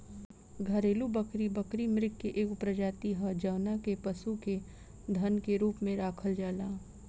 घरेलु बकरी, बकरी मृग के एगो प्रजाति ह जवना के पशु के धन के रूप में राखल जाला